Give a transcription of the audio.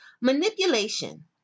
manipulation